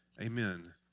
amen